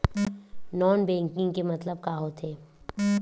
Non banking के मतलब का होथे?